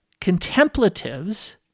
contemplatives